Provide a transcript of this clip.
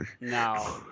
No